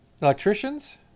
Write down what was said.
electricians